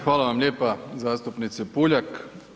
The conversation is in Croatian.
Hvala vam lijepa zastupnice Puljak.